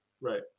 right